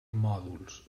mòduls